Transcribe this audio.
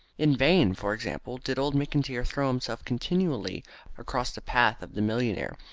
in vain, for example, did old mcintyre throw himself continually across the path of the millionaire,